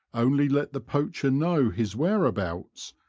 only let the poacher know his whereabouts,